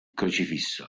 crocifisso